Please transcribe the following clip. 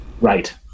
right